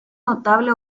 notable